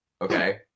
Okay